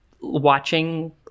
watching